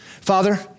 Father